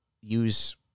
use